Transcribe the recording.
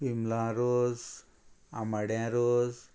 बिमला रोस आमाड्या रोस